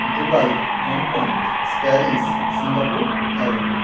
Dubai Hong Kong Paris Singapore Thailand